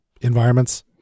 environments